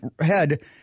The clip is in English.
head